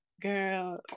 girl